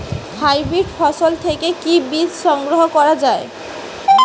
Hybrid ফসল থেকে কি বীজ সংগ্রহ করা য়ায়?